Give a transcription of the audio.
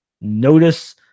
notice